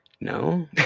No